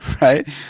right